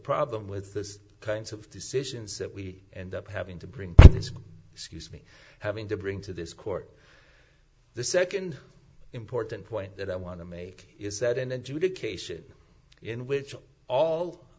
problem with those kinds of decisions that we end up having to bring this excuse me having to bring to this court the second important point that i want to make is that in education in which all